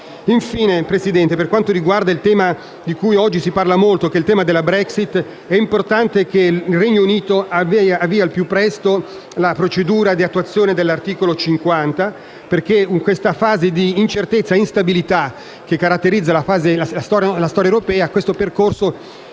signor Presidente, per quanto riguarda il tema di cui oggi si parla molto, il tema della Brexit, è importante che il Regno Unito avvii al più presto la procedura di attuazione dell'articolo 50, perché, in questa fase di incertezza e instabilità che caratterizza la storia europea, questo percorso non